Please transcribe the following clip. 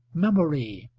memory,